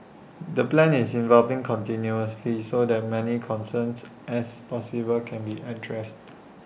the plan is evolving continuously so that many concerns as possible can be addressed